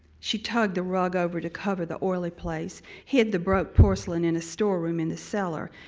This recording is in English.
she tugged the rug over to cover the oily place, hid the broke porcelain in a store room in the cellar,